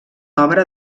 obra